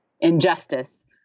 injustice